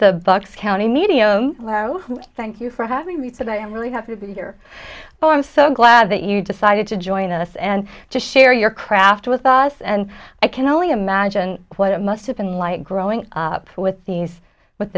the bucks county medium low thank you for having me but i am really have to be here but i'm so glad that you decided to join us and to share your craft with us and i can only imagine what it must have been like growing up with these with